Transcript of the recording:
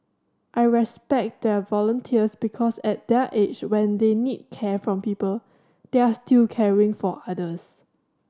I respect their volunteers because at their age when they need care from people they are still caring for others